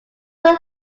would